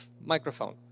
microphone